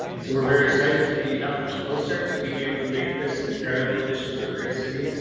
so we're very excited to be that much closer to being able to make this incredible addition to our great city.